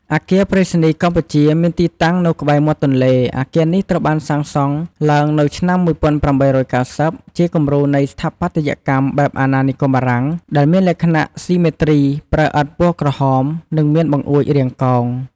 អគារប្រៃសណីយ៍កម្ពុជា មានទីតាំងនៅក្បែរមាត់ទន្លេ អគារនេះត្រូវបានសាងសង់ឡើងនៅឆ្នាំ ១៨៩០ ជាគំរូនៃស្ថាបត្យកម្មបែបអាណានិគមបារាំង ដែលមានលក្ខណៈស៊ីមេទ្រី ប្រើឥដ្ឋពណ៌ក្រហម និងមានបង្អួចរាងកោង។